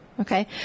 Okay